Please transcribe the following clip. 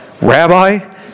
Rabbi